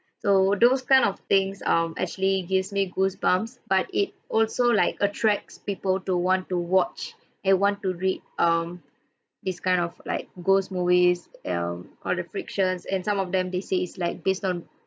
so those kind of things um actually gives me goosebumps but it also like attracts people to want to watch and want to read um this kind of like ghost movies um all the fictions and some of them they say it's like based on